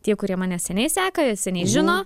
tie kurie mane seniai seka ir seniai žino